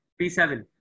P7